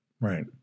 right